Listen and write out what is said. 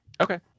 Okay